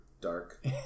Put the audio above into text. dark